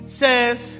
says